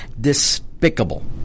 despicable